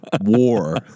war